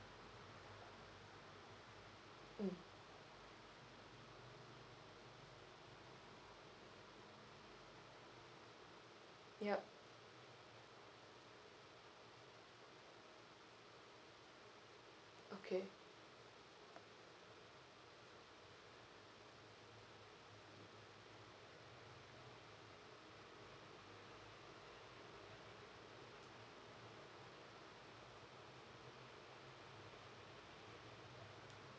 mm yup okay